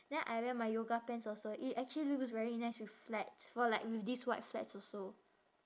then I wear my yoga pants also it actually looks very nice with flats for like with this white flats also